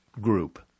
group